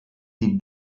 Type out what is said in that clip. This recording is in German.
die